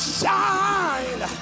shine